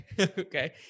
Okay